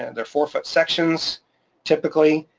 and they're four foot sections typically,